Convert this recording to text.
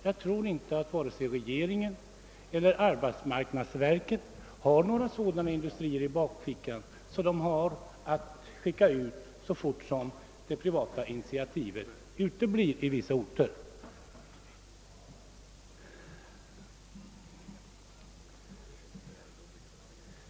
Jag tror inte att vare sig regeringen eller arbetsmarknadsverket i dag har några industrier i bakfickan som kan lokaliseras till en ort så fort som det privata initiativet där uteblir.